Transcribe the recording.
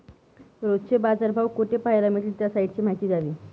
रोजचे बाजारभाव कोठे पहायला मिळतील? त्या साईटची माहिती द्यावी